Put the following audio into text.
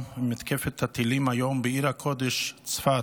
במתקפת הטילים היום בעיר הקודש צפת,